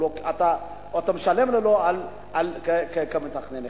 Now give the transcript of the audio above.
אתה משלם לו כמתכנן אחד.